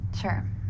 sure